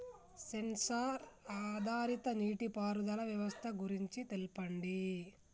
Censor ఆధారిత నీటిపారుదల వ్యవస్థ గురించి తెల్పండి?